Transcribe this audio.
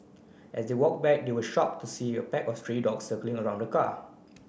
as they walk back they were shock to see a pack of stray dogs circling around the car